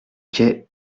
quai